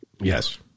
Yes